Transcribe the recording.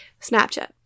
snapchat